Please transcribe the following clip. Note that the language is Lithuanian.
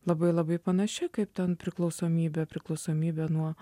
labai labai panaši kaip ten priklausomybė priklausomybė nuo